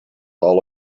all